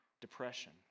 Depression